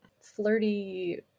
flirty